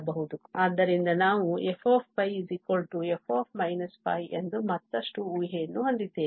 ಆದ್ದರಿಂದ ನಾವು f π f π ಎಂದು ಮತ್ತಷ್ಟು ಊಹೆಯನ್ನು ಹೊಂದಿದ್ದೇವೆ